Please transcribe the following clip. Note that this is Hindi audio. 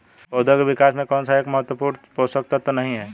पौधों के विकास में कौन सा एक महत्वपूर्ण पोषक तत्व नहीं है?